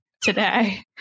today